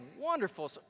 wonderful